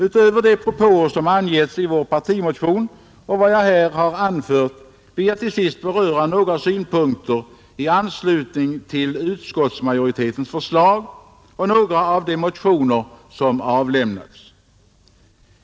Utöver de propåer som angetts i vår partimotion och vad jag här har anfört vill jag till sist beröra några synpunkter i anslutning till utskottsmajoritetens förslag och några av de motioner som avlämnats.